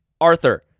Arthur